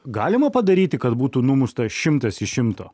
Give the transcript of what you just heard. galima padaryti kad būtų numušta šimtas iš šimto